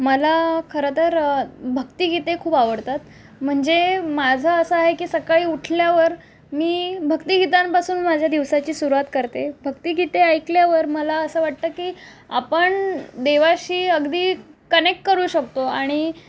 मला खरंतर भक्तिगीते खूप आवडतात म्हणजे माझं असं आहे की सकाळी उठल्यावर भक्तिगीतांपासून माझ्या दिवसाची सुरुवात करते भक्तिगीते ऐकल्यावर मला असं वाटतं की आपण देवाशी अगदी कनेक्ट करू शकतो आणि